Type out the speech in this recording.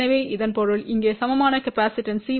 எனவே இதன் பொருள் இங்கே சமமான காப்பாசிட்டன்ஸ் C11பிளஸ் 2 C12